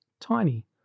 Tiny